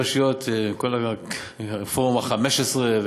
ראשי הרשויות, כל פורום ה-15,